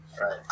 right